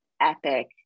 epic